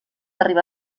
arribar